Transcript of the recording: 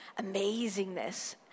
amazingness